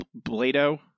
blado